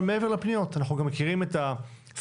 אבל מעבר לפניות אנחנו גם מכירים את הסיטואציה.